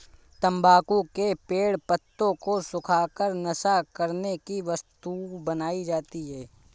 तम्बाकू के पेड़ पत्तों को सुखा कर नशा करने की वस्तु बनाई जाती है